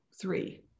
three